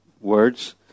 words